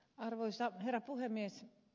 arvoisa herra puhemies